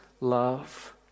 love